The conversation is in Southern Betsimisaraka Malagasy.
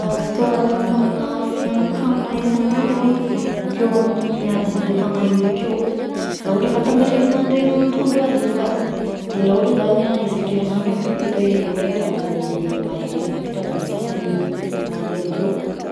Ah fotoana lagniko aminà fihinanan-kanina isan'andro a akeo amin'ny adiny raika mahery akeo raha ohatra ka atambatra izy mandraigna antoandro hariva de raha ohatra zany a isan-kerinandro igny de fito adiny mahery, fito adiny sasany mahery akeo.